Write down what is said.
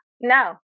no